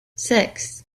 six